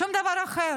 שום דבר אחר.